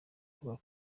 coca